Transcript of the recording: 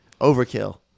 overkill